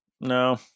No